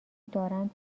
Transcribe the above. دارند